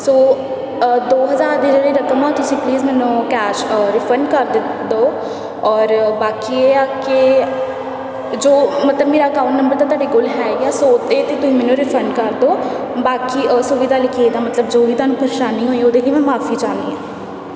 ਸੋ ਦੋ ਹਜ਼ਾਰ ਦੀ ਜਿਹੜੀ ਰਕਮ ਆ ਤੁਸੀਂ ਪਲੀਜ਼ ਮੈਨੂੰ ਕੈਸ਼ ਰਿਫੰਡ ਕਰ ਦਿ ਦਿਉ ਔਰ ਬਾਕੀ ਇਹ ਆ ਕਿ ਜੋ ਮਤਲਬ ਮੇਰਾ ਅਕਾਊਂਟ ਨੰਬਰ ਤਾਂ ਤੁਹਾਡੇ ਕੋਲ ਹੈ ਹੀ ਆ ਸੋ ਇਹ 'ਤੇ ਤੁਸੀਂ ਮੈਨੂੰ ਰਿਫੰਡ ਕਰ ਦਿਉ ਬਾਕੀ ਅਸੁਵਿਧਾ ਲਈ ਖੇਦ ਆ ਮਤਲਬ ਜੋ ਵੀ ਤੁਹਾਨੂੰ ਪ੍ਰੇਸ਼ਾਨੀ ਹੋਈ ਉਹਦੇ ਲਈ ਮੈਂ ਮਾਫੀ ਚਾਹੁੰਦੀ ਹਾਂ